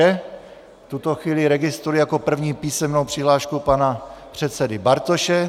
V tuto chvíli registruji jako první písemnou přihlášku pana předsedy Bartoše.